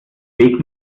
weg